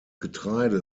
getreide